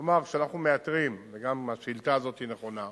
כלומר, כשאנחנו מאתרים, גם השאילתא הזאת נכונה,